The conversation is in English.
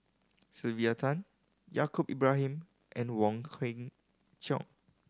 Sylvia Tan Yaacob Ibrahim and Wong Kwei Cheong